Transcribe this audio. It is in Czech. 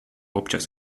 občas